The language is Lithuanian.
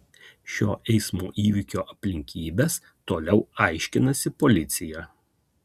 šio eismo įvykio aplinkybes toliau aiškinasi policija